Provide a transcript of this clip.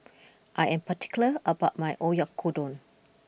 I am particular about my Oyakodon